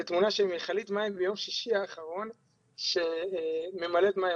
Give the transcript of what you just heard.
של מכלית מים מיום שישי האחרון שממלאת מים.